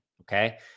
Okay